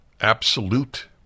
absolute